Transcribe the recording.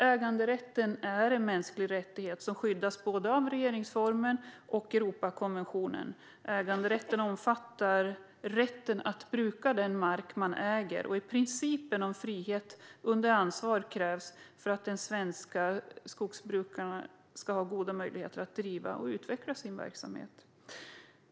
Äganderätten är en mänsklig rättighet som skyddas både av regeringsformen och Europakonventionen. Äganderätten omfattar rätten att bruka den mark man äger. Principen frihet under ansvar krävs för att de svenska skogsbrukarna ska ha goda möjligheter att driva och utveckla sin verksamhet.